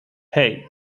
hey